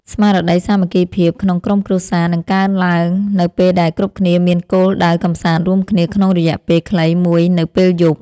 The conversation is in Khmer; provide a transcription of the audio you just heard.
ស្មារតីសាមគ្គីភាពក្នុងក្រុមគ្រួសារនឹងកើនឡើងនៅពេលដែលគ្រប់គ្នាមានគោលដៅកម្សាន្តរួមគ្នាក្នុងរយៈពេលខ្លីមួយនៅពេលយប់។